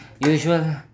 usual